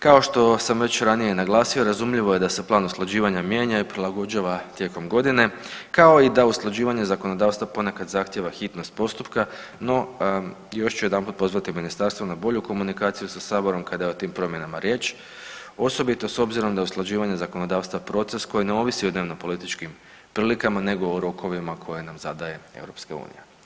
Kao što sam već ranije naglasio razumljivo je da se plan usklađivanja mijenja i prilagođava tijekom godine, kao i da usklađivanje zakonodavstva ponekad zahtjeva hitnost postupka, no još ću jedanput pozvati ministarstvo na bolju komunikaciju sa saborom kada je o tim promjenama riječ osobito s obzirom da je usklađivanje zakonodavstva proces koji ne ovisi o dnevnopolitičkim prilikama nego o rokovima koje nam zadaje EU.